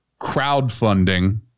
crowdfunding